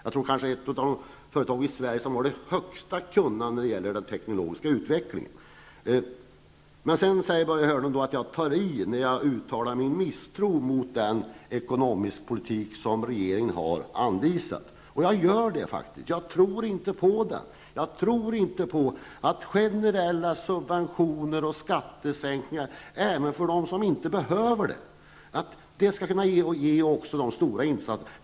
Det är kanske ett av de företag i Sverige som har det största kunnandet när det gäller den teknologiska utvecklingen. Börje Hörnlund säger att jag tar i när jag uttalar min misstro mot den ekonomiska politik som regeringen har anvisat. Men jag tror faktiskt inte på den politiken. Jag tror inte att generella subventioner och skattesänkningar även för dem som inte behöver det skulle skapa stora insatser.